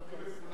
אני רק מעיר שזה